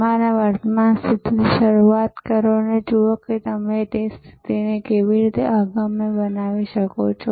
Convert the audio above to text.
તમારી વર્તમાન સ્થિતિથી શરૂઆત કરો અને જુઓ કે તમે તે સ્થિતિને કેવી રીતે અગમ્ય બનાવી શકો છો